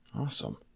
Awesome